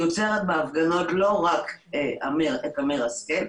היא עוצרת בהפגנות לא רק את אמיר השכל,